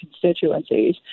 constituencies